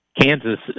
Kansas